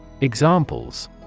Examples